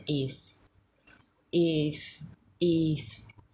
is if if